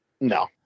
No